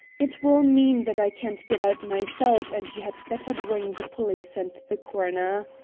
it will mean that i can't get out myself, and you had better bring the police and the coroner.